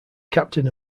captain